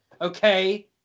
okay